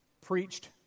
preached